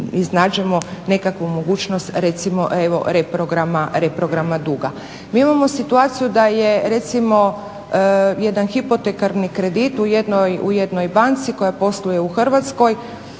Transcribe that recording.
iznađemo nekakvu mogućnost recimo evo reprograma duga. Mi imamo situaciju da je recimo jedan hipotekarni kredit u jednoj banci koja posluje u Hrvatskoj